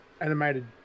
animated